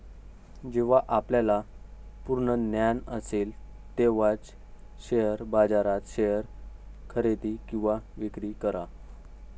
जेव्हा आपल्याला पूर्ण ज्ञान असेल तेव्हाच शेअर बाजारात शेअर्स खरेदी किंवा विक्री करा